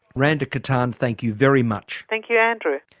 randa kattan, thank you very much. thank you andrew.